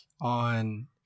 on